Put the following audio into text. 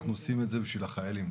אנחנו עושים את זה בשביל החיילים.